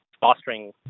fostering